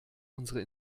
unsere